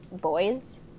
boys